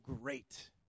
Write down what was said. great